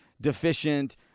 deficient